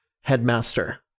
headmaster